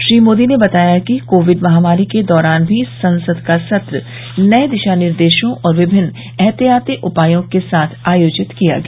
श्री मोदी ने बताया कि कोविड महामारी के दौरान भी संसद का सत्र नये दिशा निर्देशों और विभिन्न ऐहतियाती उपायों के साथ आयोजित किया गया